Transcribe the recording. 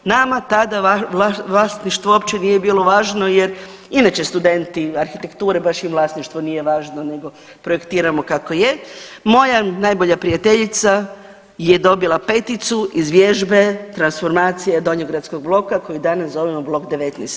Nama tada vlasništvo uopće nije bilo važno jer inače studenti arhitekture baš im vlasništvo nije važno nego projektiramo kako je, moja najbolja prijateljica je dobila peticu iz vježbe transformacija donjogradskog bloka koji danas zovemo blok 19.